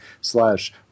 slash